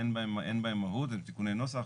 אין בהם מהות, אלה תיקוני נוסח.